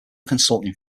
consulting